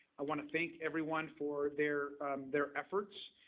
i want to thank everyone for their their efforts.